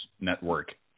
Network